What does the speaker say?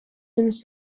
since